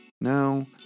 No